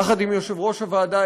יחד עם יושב-ראש הוועדה,